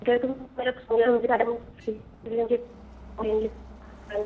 मैं कहे रही थी मैम मेरा खो गया है मुझे चाहिए इसलिए मुझे